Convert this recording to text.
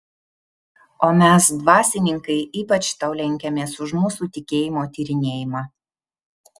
o mes dvasininkai ypač tau lenkiamės už mūsų tikėjimo tyrinėjimą